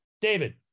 David